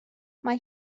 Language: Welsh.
mae